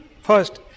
First